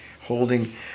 holding